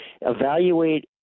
evaluate